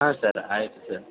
ಹಾಂ ಸರ್ ಆಯಿತು ಸರ್